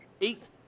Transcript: eight